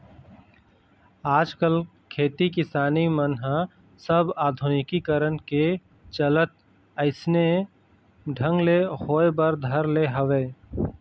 आजकल खेती किसानी मन ह सब आधुनिकीकरन के चलत अइसने ढंग ले होय बर धर ले हवय